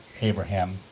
Abraham